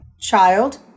child